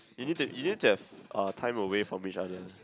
you need to you need to have uh time away from each other